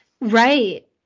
right